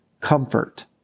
comfort